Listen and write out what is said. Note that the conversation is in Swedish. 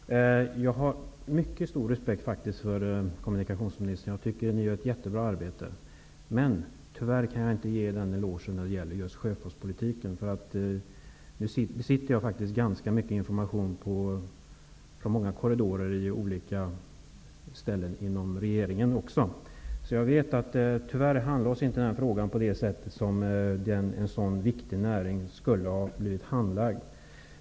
Herr talman! Jag har faktiskt mycket stor respekt för kommunikationsministern. Jag tycker att han gör ett mycket bra arbete. Men tyvärr kan jag inte ge denna eloge när det gäller just sjöfartspolitiken. Nu sitter jag faktiskt med ganska mycket information från många korridorer på olika ställen inom regeringen också. Jag vet därför att denna fråga tyvärr inte handlades på det sätt som en så viktig näring skulle ha blivit handlagd.